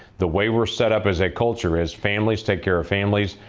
the way we're set up as a culture is families take care of families,